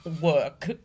work